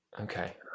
Okay